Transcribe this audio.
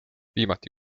viimati